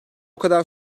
kadar